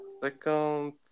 second